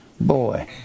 Boy